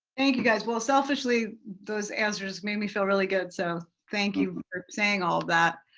thank you guys. well selfishly those answers made me feel really good so thank you saying all that.